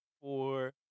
four